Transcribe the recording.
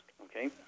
Okay